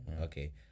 Okay